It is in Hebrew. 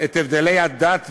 את הבדלי הדת והלאום.